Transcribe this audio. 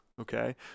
okay